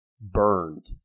burned